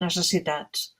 necessitats